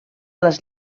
les